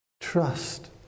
Trust